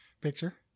picture